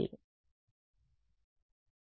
విద్యార్థి r మాత్రమే